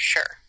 Sure